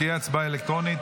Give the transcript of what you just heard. תהיה הצבעה אלקטרונית.